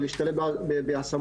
של להשתלב בהשמות,